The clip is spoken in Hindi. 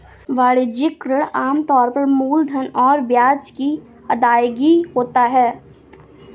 वाणिज्यिक ऋण आम तौर पर मूलधन और ब्याज की अदायगी होता है